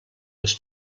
les